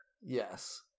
Yes